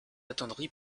attendri